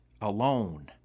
alone